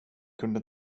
kunde